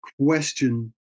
question